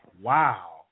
Wow